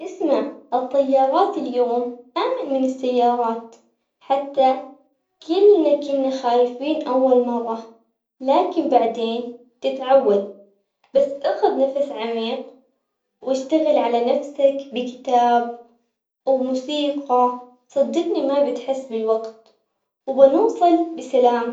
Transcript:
اسمع الطيارات اليوم أأمن من السيارات حتى كلنا كنا خايفين أول مرة لكن بعدين تتعود، بس اخد نفس عميق واشتغل على نفسك بكتاب او موسيقى صدقني ما بتحس بالوقت، وبنوصل بسلام.